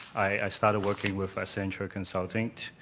i started working with accenture consulting.